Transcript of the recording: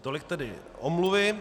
Tolik tedy omluvy.